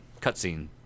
cutscene